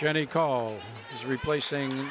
jenny call is replacing